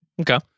Okay